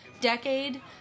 decade